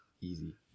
easy